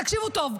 תקשיבו טוב,